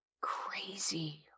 Crazy